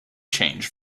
change